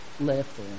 left